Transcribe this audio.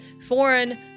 Foreign